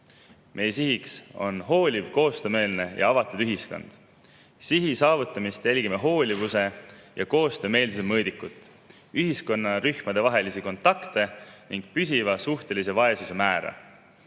Meie sihiks on hooliv, koostöömeelne ja avatud ühiskond. Selle sihi saavutamist jälgime hoolivuse ja koostöömeelsuse mõõdiku, ühiskonnarühmadevaheliste kontaktide ning püsiva suhtelise vaesuse määra